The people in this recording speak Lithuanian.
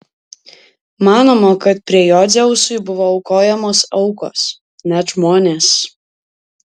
manoma kad prie jo dzeusui buvo aukojamos aukos net žmonės